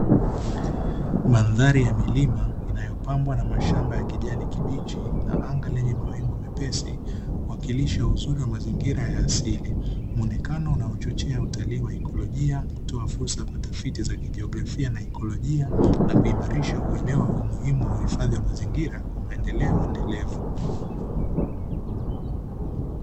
Mandhari ya milima inayopambwa na mashamba ya rangi ya kijani kibichi na anga lenye mawingu mepesi. muwakirisho uzuri wa mazingira ya asili. Muonekano unaochochea utalii wa ikolojia, kutoa fulsa za utafiti za ikolojia na kijiografia na kuimarisha uelewa na umuhimu wa uhifadhi wa mazingira kwa maendeleo endelevu.